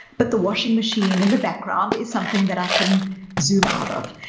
but the washing machine in the background is something that i can zoom out of.